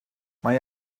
mae